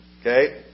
Okay